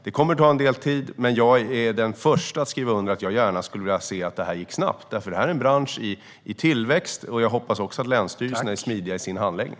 Det kommer att ta en del tid, men jag är den första att skriva under på en önskan om att det här ska gå snabbt, för detta är en bransch i tillväxt. Jag hoppas också att länsstyrelserna är smidiga i sin handläggning.